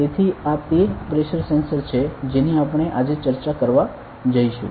તેથી આ તે પ્રેસર સેન્સર છે જેની આપણે આજે ચર્ચા કરવા જઈશું